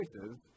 choices